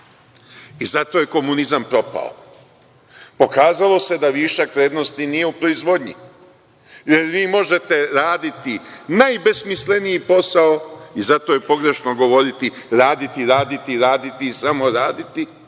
Zato je komunizam propao. Pokazalo se da višak vrednosti nije u proizvodnji jer vi možete raditi najbesmisleniji posao i zato je pogrešno govoriti – raditi, raditi, raditi i samo raditi.